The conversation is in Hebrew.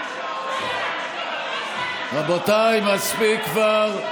נגד רבותיי, מספיק כבר.